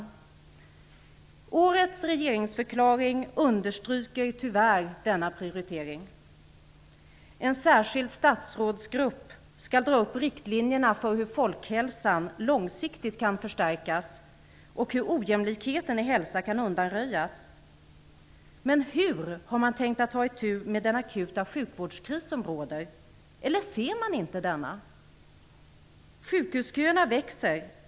I årets regeringsförklaring understryks tyvärr denna prioritering. En särskild statsrådsgrupp skall dra upp riktlinjerna för hur folkhälsan långsiktigt kan förstärkas och hur ojämlikheten i hälsa kan undanröjas. Men hur har man tänkt att ta itu med den akuta sjukvårdskris som råder, eller ser man inte den? Sjukhusköerna växer.